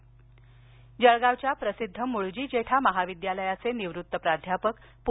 निधन जळगाव जळगावच्या प्रसिद्ध मुळजी जेठा महाविद्यालयाचे निवृत्त प्राध्यापक पू